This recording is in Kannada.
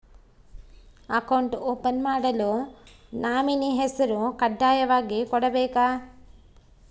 ಅಕೌಂಟ್ ಓಪನ್ ಮಾಡಲು ನಾಮಿನಿ ಹೆಸರು ಕಡ್ಡಾಯವಾಗಿ ಕೊಡಬೇಕಾ?